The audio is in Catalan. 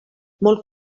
molt